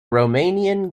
romanian